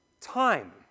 time